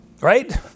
Right